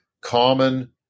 common